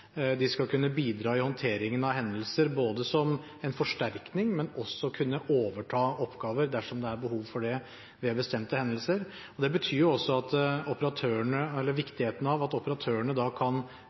De skal kunne bidra i håndteringen av hendelser, som en forsterkning, men også kunne overta oppgaver dersom det er behov for det ved bestemte hendelser. Det betyr også at det at operatørene